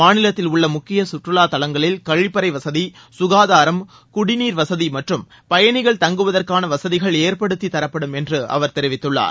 மாநிலத்தில் உள்ள முக்கிய சுற்றுலா தலங்களில் கழிப்பறை வசதி சுகாதாரம் குடிநீர் வசதி மற்றும் பயணிகள் தங்குவதற்கான வகதிகள் ஏற்படுத்தி தரப்படும் என்று அவர் தெரிவித்துள்ளார்